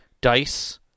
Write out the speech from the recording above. dice